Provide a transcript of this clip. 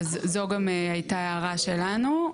אז זו גם הייתה ההערה שלנו,